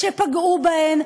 שפגעו בהן.